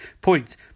Point